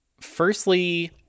firstly